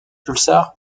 pulsar